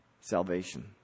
salvation